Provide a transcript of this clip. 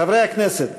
חברי הכנסת,